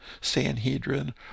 Sanhedrin